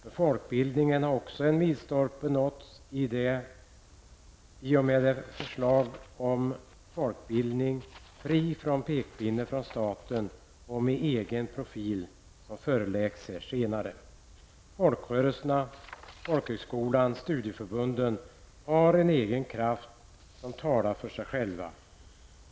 För folkbildningen har också en milstolpe nåtts i och med förslaget om en folkbildning fri från pekpinne från staten och med en egen profil. Det förslaget skall vi behandla senare. Folkrörelserna, folkhögskolan och studieförbunden har en egen kraft som talar för sig själv.